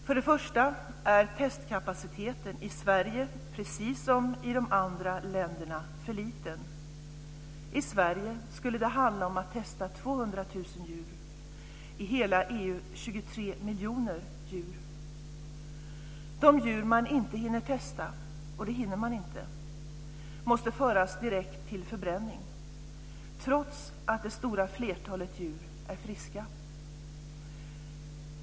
Först och främst är testkapaciteten i Sverige, precis som i de andra länderna, för liten. I Sverige skulle det handla om att testa 200 000 djur, i hela EU 23 miljoner djur. De djur man inte hinner testa - och man hinner inte testa alla - måste föras direkt till förbränning, trots att det stora flertalet djur är friska.